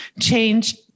change